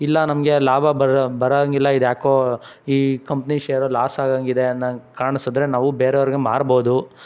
ಇಲ್ಲ ನಮಗೆ ಲಾಭ ಬರೊಂಗಿಲ್ಲ ಇದು ಯಾಕೋ ಈ ಕಂಪ್ನಿ ಶೇರು ಲಾಸ್ ಆಗಂಗಿದೆ ಅನ್ನೊಂಗೆ ಕಾಣಿಸಿದ್ರೆ ನಾವು ಬೇರೆಯವ್ರ್ಗೆ ಮಾರ್ಬೋದು